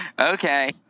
okay